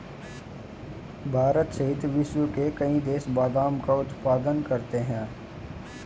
भारत सहित विश्व के कई देश बादाम का उत्पादन करते हैं